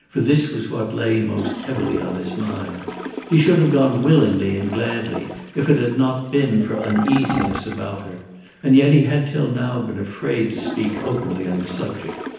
for this was what lay most heavily on his mind he should have gone willingly and gladly if it had not been for uneasiness about her and yet he had till now been afraid to speak openly on the subject.